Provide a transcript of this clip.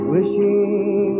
Wishing